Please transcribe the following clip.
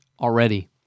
Already